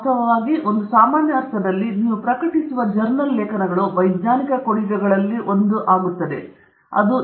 ವಾಸ್ತವವಾಗಿ ಒಂದು ಸಾಮಾನ್ಯ ಅರ್ಥದಲ್ಲಿ ನೀವು ಪ್ರಕಟಿಸುವ ಜರ್ನಲ್ ಲೇಖನಗಳು ವೈಜ್ಞಾನಿಕ ಕೊಡುಗೆಗಳ ಒಂದು